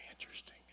interesting